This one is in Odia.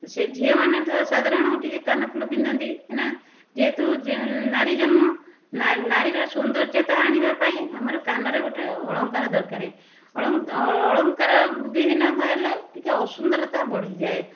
ସେ ଝିଅମାନେ ତ ସାଧାରଣ ଟିକିଏ କାନଫୁଲ ପିନ୍ଧନ୍ତି କାଇଁନା ଯେହେତୁ ଯେ ନାରୀ ଜନ୍ମ ନାରୀର ସୌନ୍ଦର୍ଯ୍ୟତା ଆଣିବା ପାଇଁ ଆମର କାନରେ ଗୋଟେ ଅଳଙ୍କାର ଦରକାର ଅଳଙ୍କାରବିହୀନ ହେଲେ ଟିକିଏ ଅସୁନ୍ଦରତା ବଢ଼ିଯାଏ